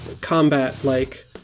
combat-like